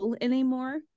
anymore